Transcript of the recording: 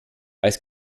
als